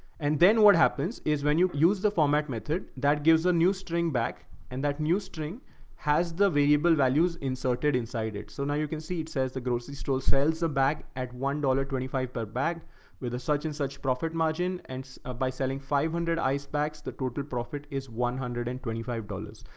and then what happens is when you use the format method that gives a new string back and that new string has the variable values inserted inside it. so now you can see, it says the grocery store sells a bag at one twenty five dollars per but bag with a such and such profit margin. and so ah by selling five hundred ice packs, the total profit is one hundred and twenty five dollars.